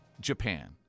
Japan